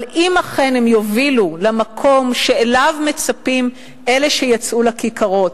אבל אם אכן הן יובילו למקום שאליו מצפים אלה שיצאו לכיכרות,